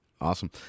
Awesome